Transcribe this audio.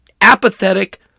apathetic